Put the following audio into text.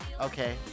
Okay